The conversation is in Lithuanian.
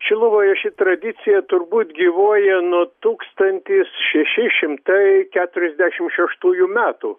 šiluvoje ši tradicija turbūt gyvuoja nuo tūkstantis šeši šimtai keturiasdešim šeštųjų metų